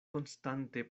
konstante